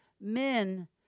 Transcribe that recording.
men